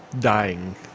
dying